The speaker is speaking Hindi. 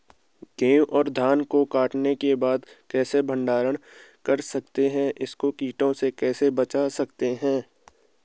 गेहूँ और धान को कटाई के बाद कैसे भंडारण कर सकते हैं इसको कीटों से कैसे बचा सकते हैं?